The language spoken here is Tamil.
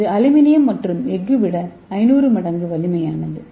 இது அலுமினியம் மற்றும் எஃகு விட 500 மடங்கு வலிமையானது